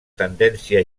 tendència